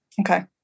Okay